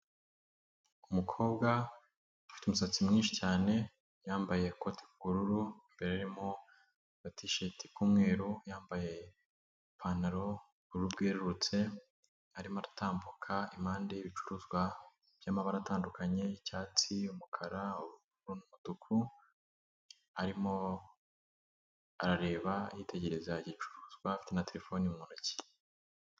Umukobwa ufite umusatsi mwinshi cyane yambaye ikote ry'ubururu, imberemo ririmo agatisheti k'umweru, yambaye ipantaro y'ubururu bwerurutse, arimo aratambuka impande y'ibicuruzwa by'amabara atandukanye y'icyatsi, y'umukara, umutuku, arimo arareba yitegereza igicuruzwa afite na terefone mu ntoki.